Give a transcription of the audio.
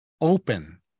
open